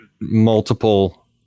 multiple